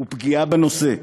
הוא פגיעה בנושא.